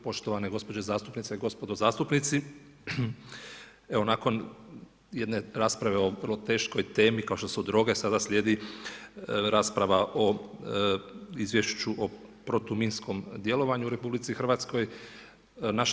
Poštovane gospođe zastupnice i gospodo zastupnici, evo nakon jedne rasprave o vrlo teškoj temi kao što su droge sada slijedi rasprava o Izvješću o protuminskom djelovanju u Republici Hrvatskoj.